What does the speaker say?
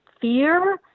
fear